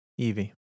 Evie